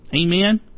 Amen